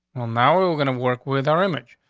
well, now we're we're gonna work with our image.